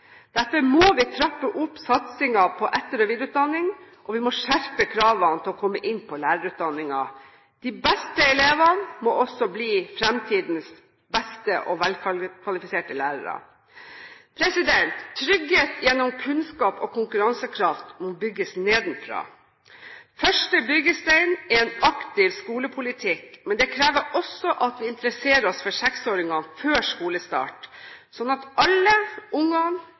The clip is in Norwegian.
Derfor må vi trappe opp satsingen på etter- og videreutdanning, og vi må skjerpe kravene for å komme inn på lærerutdanningen. De beste elevene må også bli fremtidens beste og mest velkvalifiserte lærere. Trygghet gjennom kunnskap og konkurransekraft må bygges nedenfra. Første byggestein er en aktiv skolepolitikk, men det krever også at vi interesserer oss for seksåringene før skolestart, slik at alle ungene